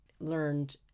learned